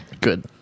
Good